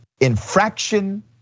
Infraction